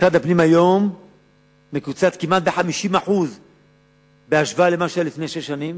משרד הפנים מקוצץ היום כמעט ב-50% בהשוואה למה שהיה לפני שש שנים.